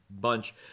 bunch